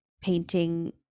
painting